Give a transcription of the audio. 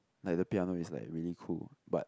like the piano is like really cool but